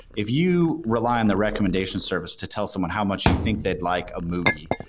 if you rely on the recommendation service to tell someone how much you think they'd like a movie,